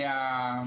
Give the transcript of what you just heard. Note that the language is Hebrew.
טיב ההכשרה,